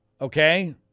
Okay